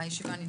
הישיבה נעולה.